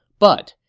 but,